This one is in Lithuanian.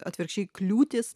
atvirkščiai kliūtis